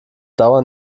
dauer